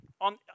on